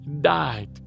died